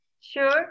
Sure